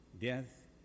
Death